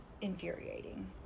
infuriating